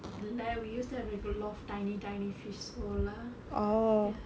like we used to have a lot of tiny tiny fish so lah ya